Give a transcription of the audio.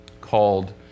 called